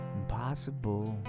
impossible